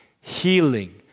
healing